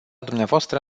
dumneavoastră